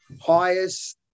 highest